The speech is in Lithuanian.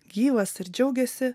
gyvas ir džiaugiasi